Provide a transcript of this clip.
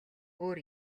өөр